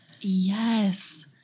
Yes